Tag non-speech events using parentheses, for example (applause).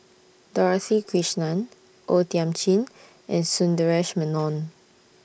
Dorothy Krishnan O Thiam Chin and Sundaresh Menon (noise)